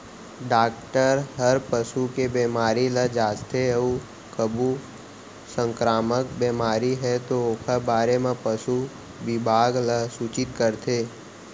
doctor हर पसू के बेमारी ल जांचथे अउ कभू संकरामक बेमारी हे तौ ओकर बारे म पसु बिभाग ल सूचित करथे